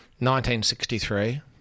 1963